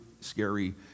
scary